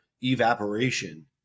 evaporation